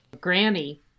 Granny